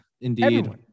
Indeed